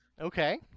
Okay